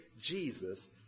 Jesus